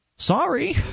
Sorry